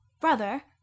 brother